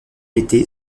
été